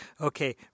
okay